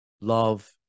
Love